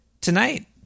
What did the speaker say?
tonight